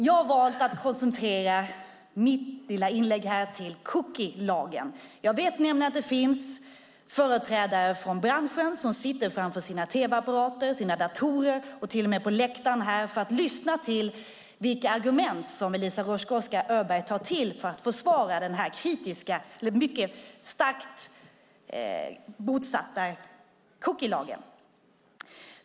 Jag har valt att koncentrera mitt lilla inlägg till cookielagen. Jag vet nämligen att det finns företrädare för branschen som sitter framför sina tv-apparater, sina datorer och till och med här på läktaren för att lyssna på vilka argument Eliza Roszkowska Öberg tar till för att försvara den mycket starkt ifrågasatta cookielagen.